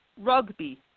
rugby